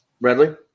Bradley